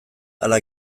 ala